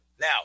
Now